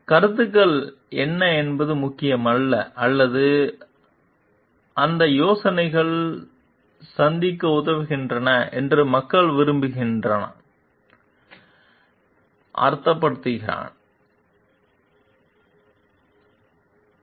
கருத்துக்கள் என்ன என்பது முக்கியமல்ல அல்லது அந்த யோசனைகள் சந்திக்க உதவுகின்றன என்று மனிதன் விரும்புகிறான் அர்த்தப்படுத்துகிறான்